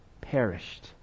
perished